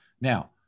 Now